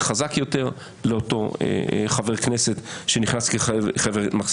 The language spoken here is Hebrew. חזק יותר לאותו חבר כנסת שנכנס כמחליף.